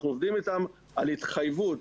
אנחנו עובדים אתם על התחייבות.